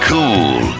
Cool